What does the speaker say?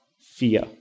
fear